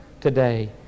Today